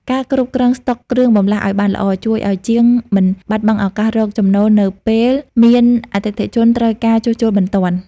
ការគ្រប់គ្រងស្តុកគ្រឿងបន្លាស់ឱ្យបានល្អ ជួយឱ្យជាងមិនបាត់បង់ឱកាសរកចំណូលនៅពេលមានអតិថិជនត្រូវការជួសជុលបន្ទាន់។